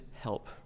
help